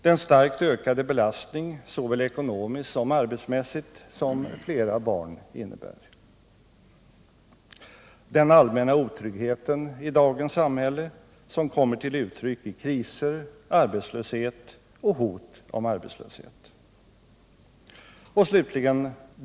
Den starkt ökade belastning, såväl ekonomiskt som arbetsmässigt, som SS Den allmänna otryggheten i dagens samhälle, som kommer till uttryck i kriser, arbetslöshet och hot om arbetslöshet.